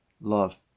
love